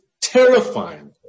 terrifying